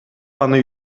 аны